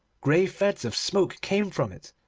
grey threads of smoke came from it,